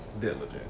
Diligent